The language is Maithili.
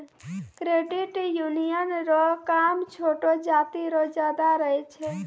क्रेडिट यूनियन रो काम छोटो जाति रो ज्यादा रहै छै